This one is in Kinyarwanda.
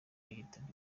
yitabye